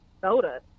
soda